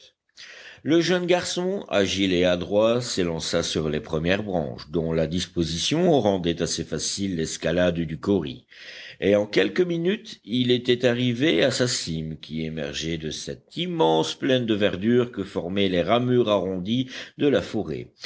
le jeune garçon agile et adroit s'élança sur les premières branches dont la disposition rendait assez facile l'escalade du kauri et en quelques minutes il était arrivé à sa cime qui émergeait de cette immense plaine de verdure que formaient les ramures arrondies de la forêt